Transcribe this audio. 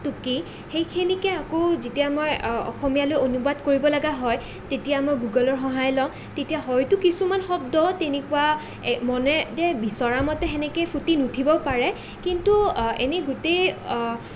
টুকি সেইখিনিকে আকৌ যেতিয়া মই অসমীয়ালৈ অনুবাদ কৰিব লগা হয় তেতিয়া মই গুগলৰ সহায় লওঁ তেতিয়া হয়তো কিছুমান শব্দ তেনেকুৱা মনে যে বিচৰা মতে সেনেকেই ফুটি নুঠিবও পাৰে কিন্তু এনেই গোটেই